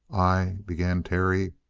i began terry.